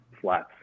Flats